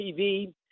TV